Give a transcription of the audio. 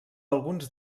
alguns